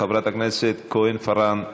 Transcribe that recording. חברת הכנסת כהן-פארן,